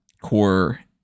core